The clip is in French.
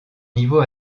niveau